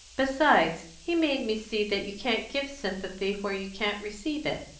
besides, he made me see that you can't give sympathy where you can't receive it.